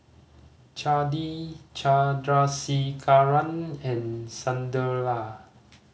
Chandi Chandrasekaran and Sunderlal